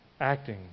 acting